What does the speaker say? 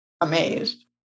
amazed